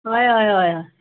हय हय हय